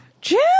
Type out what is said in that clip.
Jim